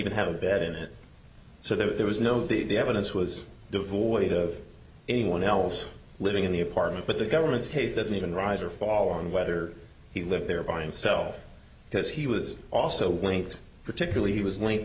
even have a bed in it so there was no the evidence was devoid of anyone else living in the apartment but the government's case doesn't even rise or fall on whether he lived there by himself because he was also winks particularly he was linked